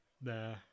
Nah